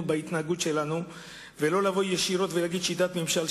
בהתנהגות שלנו ולא לבוא ישר ולהגיד: שיטת ממשל,